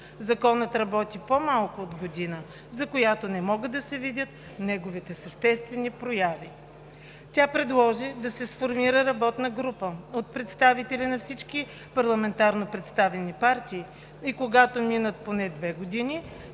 Законът работи по-малко от година, за която не могат да се видят неговите съществени прояви. Тя предложи да се сформира работна група от представители на всички парламентарно представени партии и когато минат поне две години,